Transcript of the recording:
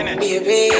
baby